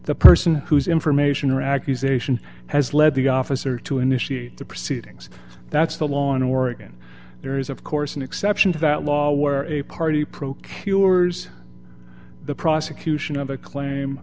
the person who's information or accusation has led the officer to initiate the proceedings that's the law in oregon there is of course an exception to that law where a party procures the prosecution of a claim